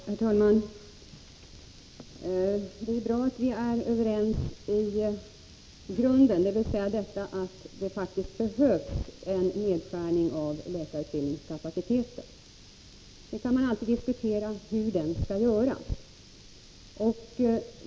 Herr talman! Det är bra att vi är överens i grunden, dvs. att det faktiskt behövs en nedskärning av läkarutbildningskapaciteten. Sedan kan man alltid diskutera hur den skall göras.